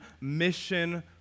mission